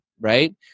right